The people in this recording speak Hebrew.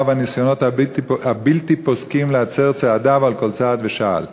והניסיונות הבלתי-פוסקים להצר צעדיו על כל צעד ושעל.